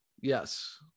Yes